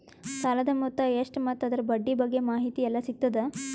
ಸಾಲದ ಮೊತ್ತ ಎಷ್ಟ ಮತ್ತು ಅದರ ಬಡ್ಡಿ ಬಗ್ಗೆ ಮಾಹಿತಿ ಎಲ್ಲ ಸಿಗತದ?